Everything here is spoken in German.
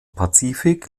pazifik